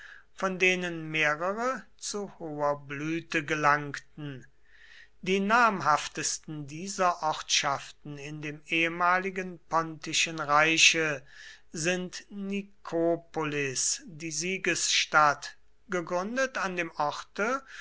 von denen mehrere zu hoher blüte gelangten die namhaftesten dieser ortschaften in dem ehemaligen pontischen reiche sind nikopolis die siegesstadt gegründet an dem